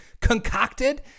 concocted